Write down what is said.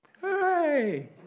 Hey